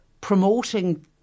promoting